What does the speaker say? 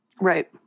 Right